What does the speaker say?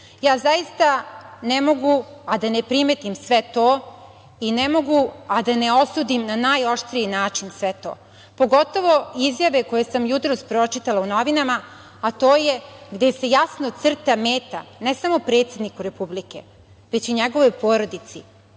Vučić. Zaista ne mogu a da ne primetim sve to i ne mogu a da ne osudim na najoštriji način sve to, pogotovo izjave koje sam jutros pročitala u novinama, a to je gde se jasno crta meta ne samo predsedniku Republike, već i njegovoj porodici,